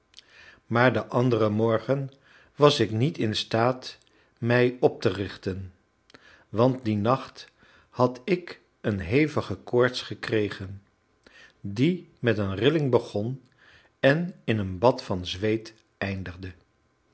maar den anderen morgen was ik niet in staat mij op te richten want dien nacht had ik eene hevige koorts gekregen die met een rilling begon en in een bad van zweet eindigde